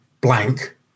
blank